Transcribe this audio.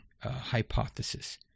hypothesis